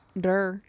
Duh